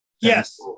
Yes